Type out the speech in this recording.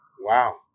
Wow